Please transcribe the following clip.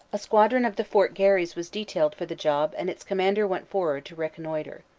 a squadron of the fort garry's was detailed for the job and its commander went forward to reconnoitre.